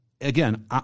again